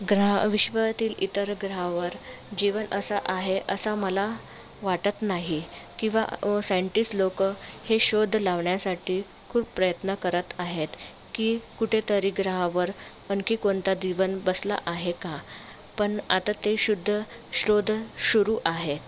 ग्रह विश्वातील इतर ग्रहावर जीवन असं आहे असा मला वाटत नाही किंवा साईन्टिस लोक हे शोध लावण्यासाठी खूप प्रयत्न करत आहेत की कुठेतरी ग्रहावर आणखी कोणता दीवन बसला आहे का पण आता ते शुद्द शोध शुरू आहेत